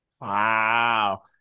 Wow